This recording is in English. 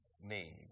need